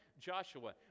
Joshua